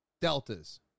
deltas